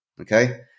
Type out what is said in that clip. okay